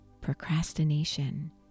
procrastination